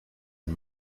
and